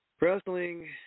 Wrestling